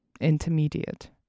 intermediate